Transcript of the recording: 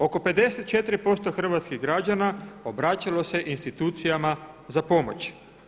Oko 54% hrvatskih građana obraćalo se institucijama za pomoć.